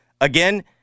again